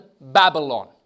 Babylon